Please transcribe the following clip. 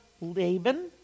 Laban